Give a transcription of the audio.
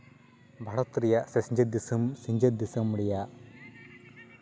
ᱵᱷᱟᱨᱚᱛ ᱨᱮᱭᱟᱜ ᱥᱮ ᱥᱤᱧᱚᱛ ᱫᱤᱥᱚᱢ ᱨᱮᱭᱟᱜ